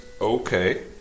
Okay